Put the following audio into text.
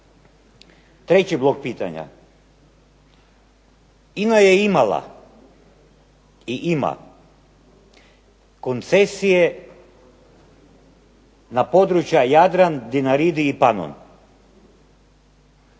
Treći blok pitanja, INA je imala i ima koncesije na područja Jadran, Dinaridi i Panon,